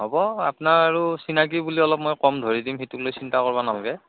হ'ব আপোনাৰ আৰু চিনাকি বুলি অলপ মই কম ধৰি দিম সেইটো লৈ চিন্তা কৰিব নালাগে